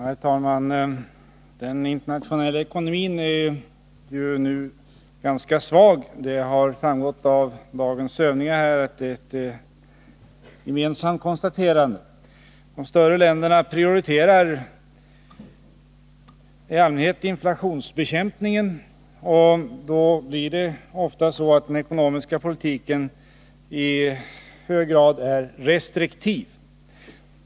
Herr talman! Den internationella ekonomin är just nu ganska svag. Detta är ett konstaterande som gjorts av alla talare i denna debatt. De större länderna prioriterar i allmänhet inflationsbekämpningen. Den ekonomiska politiken blir då ofta i hög grad restriktiv.